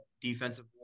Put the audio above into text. defensive